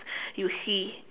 you see